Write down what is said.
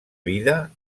vida